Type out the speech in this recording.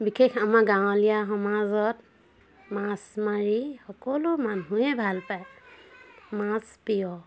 বিশেষ আমাৰ গাঁৱলীয়া সমাজত মাছ মাৰি সকলো মানুহেই ভাল পায় মাছ প্ৰিয়